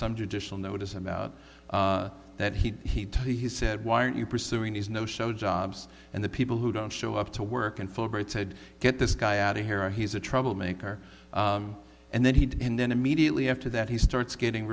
some judicial notice about that he'd tell you he said why are you pursuing these no show jobs and the people who don't show up to work and fulbright said get this guy out of here or he's a trouble maker and then he and then immediately after that he starts getting